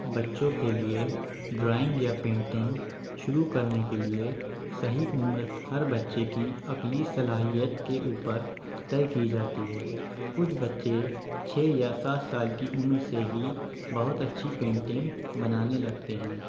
بچوں کے لیے ڈرائینگ یا پینٹنگ شروع کرنے کے لیے صحیح عمر ہر بچے کی عقلی صلاحیت کے اوپر طے کی جاتی ہے کچھ بچے چھ یا سات سال کی عمر سے ہی بہت اچھی پینٹنگ بنانے لگتے ہیں